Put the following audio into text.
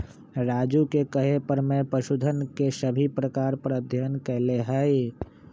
राजू के कहे पर मैं पशुधन के सभी प्रकार पर अध्ययन कैलय हई